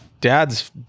dad's